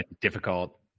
difficult